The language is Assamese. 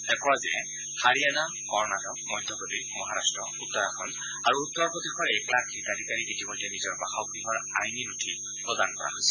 তেওঁ কয় যে হাৰিয়ানা কৰ্ণাটক মধ্যপ্ৰদেশ মহাৰাট্ট উত্তৰাখণ্ড আৰু উত্তৰ প্ৰদেশৰ এক লাখ হিতাধিকাৰী ইতিমধ্যে নিজৰ বাসগৃহৰ আইনী ন্যায় প্ৰদান কৰা হৈছে